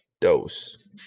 dose